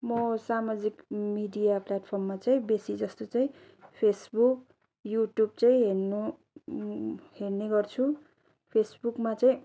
मो सामजिक मिडिया प्लेटफर्ममा चाहिँ बेसी जस्तो चाहिँ फेसबुक युट्युब चाहिँ हेर्नु हेर्ने गर्छु फेसबुकमा चाहिँ